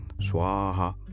swaha